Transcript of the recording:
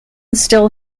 still